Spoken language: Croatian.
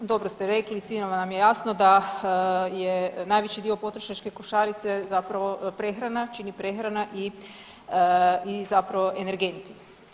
Dobro ste rekli i svima nam je jasno da je najveći dio potrošačke košarice zapravo prehrana, čini prehrana i, i zapravo energenti.